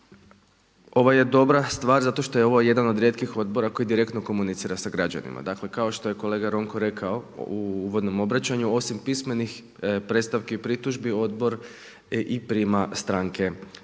ovo je dobra stvar zato što je ovo jedan od rijetkih odbora koji direktno komunicira sa građanima. Dakle kao što je kolega Ronko rekao u uvodnom obraćanju osim pismenih predstavki i pritužbi odbor i prima stranke na